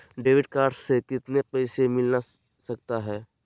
Debit card से कितने पैसे मिलना सकता हैं?